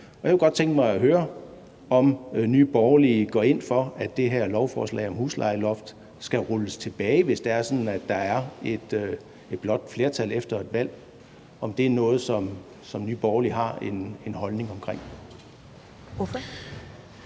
Jeg kunne godt tænke mig at høre, om Nye Borgerlige går ind for, at det her lovforslag om huslejeloft skal rulles tilbage, hvis det er sådan, at der er et blåt flertal efter et valg – om det er noget, som Nye Borgerlige har en holdning til.